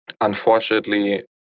unfortunately